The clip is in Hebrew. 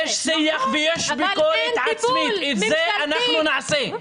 יש שיח ויש ביקורת עצמית, ואת זה אנחנו נעשה.